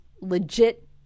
legit